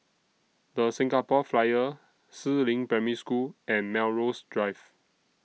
The Singapore Flyer Si Ling Primary School and Melrose Drive